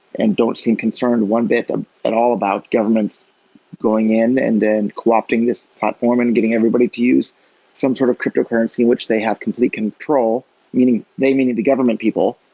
and don't seem concerned one bit ah at all about governments going in and then co-opting this platform and getting everybody to use some sort of cryptocurrency in which they have complete control meaning, they meaning the government people,